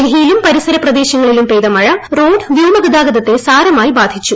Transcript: ഡൽഹിയിലും പരിസരപ്രദേശങ്ങളിലും പെയ്ത മഴ റോഡ് വ്യോമഗതാഗത്തെ സാരമായി ബാധിച്ചു